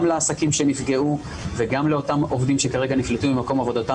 לעסקים שנפגעו וגם לעובדים שכרגע נפלטו ממקום עבודתם